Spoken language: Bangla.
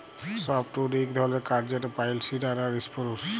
সফ্টউড ইক ধরলের কাঠ যেট পাইল, সিডার আর ইসপুরুস